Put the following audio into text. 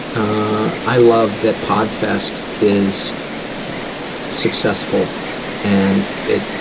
ah i love that podfest is successful and it